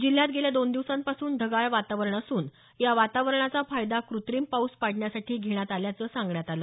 जिल्ह्यात गेल्या दोन दिवसांपासून ढगाळ वातावरण असून या वातावरणाचा फायदा कुत्रिम पाऊस पाडण्यासाठी घेण्यात आल्याचं सांगण्यात आलं